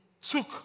took